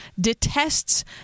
detests